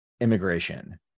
immigration